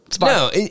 No